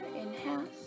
inhale